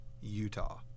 Utah